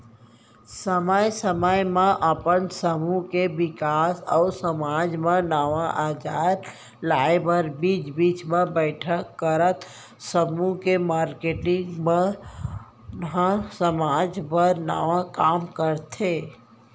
समे समे म अपन समूह के बिकास अउ समाज म नवा अंजार लाए बर बीच बीच म बइठक करत समूह के मारकेटिंग मन ह समाज बर नवा काम करथे